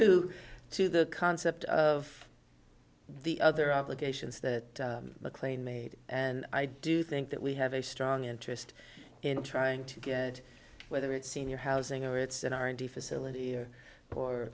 new to the concept of the other obligations that mclean made and i do think that we have a strong interest in trying to get it whether it's senior housing or it's an r and d facility or or